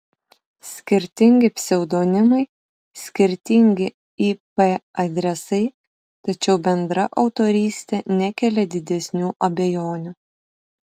skirtingi pseudonimai skirtingi ip adresai tačiau bendra autorystė nekelia didesnių abejonių